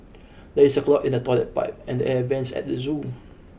there is a clog in the toilet pipe and the air vents at the zoo